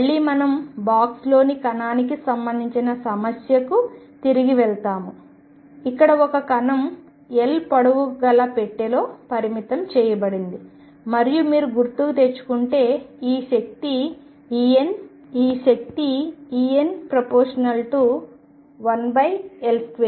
మళ్ళీ మనం బాక్స్ లోని కణానికి సంబంధించిన సమస్య తిరిగి వెళ్తాము ఇక్కడ ఒక కణం L పొడవు గల పెట్టెలో పరిమితం చేయబడింది మరియు మీరు గుర్తుకు తెచ్చుకుంటే ఈ శక్తి En1L2